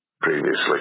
previously